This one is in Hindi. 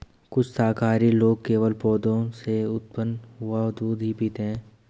कुछ शाकाहारी लोग केवल पौधों से उत्पन्न हुआ दूध ही पीते हैं